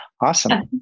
awesome